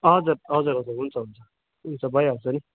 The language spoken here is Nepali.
हजुर हजुर हजुर हुन्छ हुन्छ हुन्छ भइहाल्छ नि